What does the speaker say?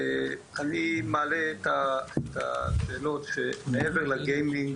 אני מעלה את השאלות שמעבר לגיימינג